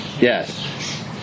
Yes